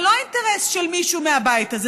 זה לא אינטרס של מישהו מהבית הזה,